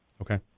Okay